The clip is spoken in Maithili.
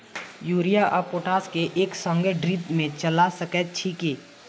यूरिया आ पोटाश केँ एक संगे ड्रिप मे चला सकैत छी की?